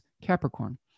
Capricorn